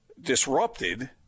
disrupted